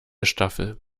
staffel